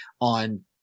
on